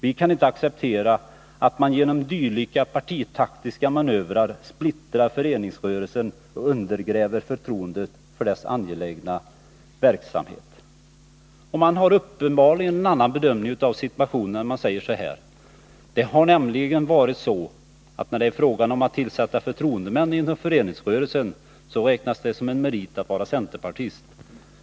Vi kan inte acceptera att man genom dylika partitaktiska manövrar splittrar föreningsrörelsen och undergräver förtroendet för dess angelägna verksamhet.” Moderaterna gör uppenbarligen en annan bedömning av situationen, eftersom de säger: ”Det har nämligen varit så, att när det är fråga om att tillsätta förtroendemän inom föreningsrörelsen så räknas det som en merit att vara centerpartist.